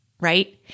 right